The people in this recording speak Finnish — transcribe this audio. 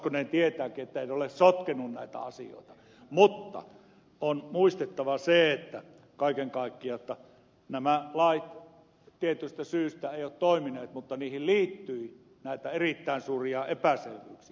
hoskonen tietääkin että en ole sotkenut näitä asioita mutta on muistettava se kaiken kaikkiaan jotta nämä lait tietystä syystä eivät ole toimineet mutta niihin liittyi näitä erittäin suuria epäselvyyksiä